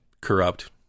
corrupt